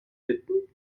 bitten